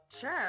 Sure